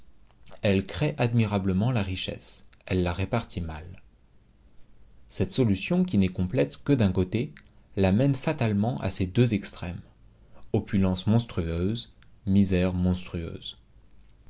elle crée admirablement la richesse elle la répartit mal cette solution qui n'est complète que d'un côté la mène fatalement à ces deux extrêmes opulence monstrueuse misère monstrueuse